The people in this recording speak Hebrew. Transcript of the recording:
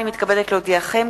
הנני מתכבדת להודיעכם,